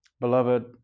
beloved